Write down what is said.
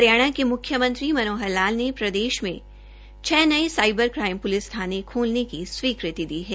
हरियाणा के मुख्यमंत्री मनोहर लाल ने प्रदेश में छः नये साईबर क्राईम पुलिस थाने खोलने की स्वीकृत दे दी है